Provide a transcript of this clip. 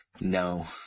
no